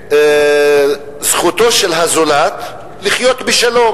לזכותו של הזולת לחיות בשלום.